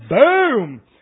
Boom